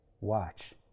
watch